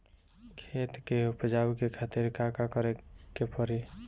खेत के उपजाऊ के खातीर का का करेके परी?